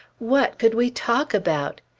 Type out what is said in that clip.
what could we talk about?